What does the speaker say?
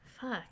fuck